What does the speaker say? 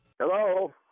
Hello